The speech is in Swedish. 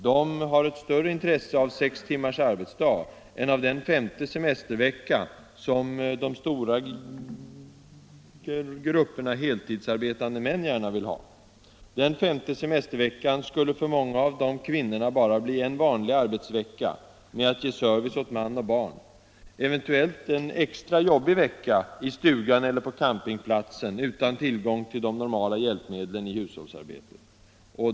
De har ett större intresse av sex timmars arbetsdag än av den femte semestervecka som de stora grupperna heltidsarbetande män gärna vill ha. Den femte semesterveckar skulle för många av de kvinnorna bara bli en vanlig arbetsvecka med att ge service åt man och barn — eventuellt en extra jobbig vecka i stugan eller på campingplatsen, utan tillgång till de normala hjälpmedlen för hushållsarbetet.